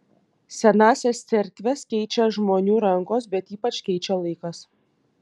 senąsias cerkves keičia žmonių rankos bet ypač keičia laikas